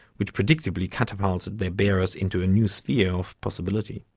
which predictably catapulted their bearers into a new sphere of possibility.